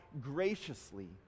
graciously